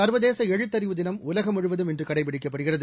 சர்வதேச எழுத்தறிவு தினம் உலகம் முழுவதும் இன்று கடைபிடிக்கப்படுகிறது